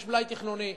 יש מלאי תכנוני,